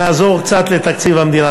ונעזור קצת לתקציב המדינה.